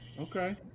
Okay